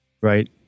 right